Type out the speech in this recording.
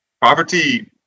poverty